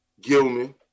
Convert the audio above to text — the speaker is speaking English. Gilman